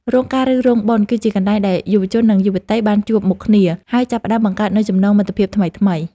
រោងការឬរោងបុណ្យ គឺជាកន្លែងដែលយុវជននិងយុវតីបានជួបមុខគ្នា ហើយចាប់ផ្ដើមបង្កើតនូវចំណងមិត្តភាពថ្មីៗ។